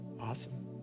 awesome